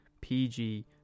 PG